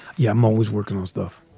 yeah, i'm always working with stuff.